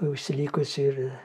užsilikusių ir